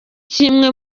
kimwe